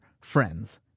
friends